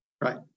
Right